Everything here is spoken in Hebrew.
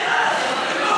אתה בכלל יודע מה זה אפרטהייד?